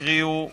שהקריאו בעבר,